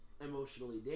emotionally